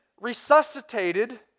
resuscitated